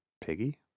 piggy